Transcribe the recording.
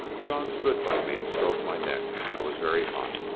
john stood by me and stroked my neck. i was very hot.